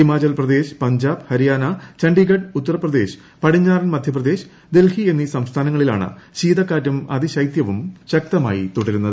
ഹിമാചൽ പ്രദേശ് പഞ്ചാബ് ഹരിയാന ചണ്ഡീഗഢ് ഉത്തർപ്രദേശ് പടിഞ്ഞാറൻ മധ്യപ്രദേശ് ഡൽഹി എന്നീ സംസ്ഥാനങ്ങളിലാണ് ശീതക്കാറ്റും അതിശൈത്യവും ശകതമായി തുടരുന്നത്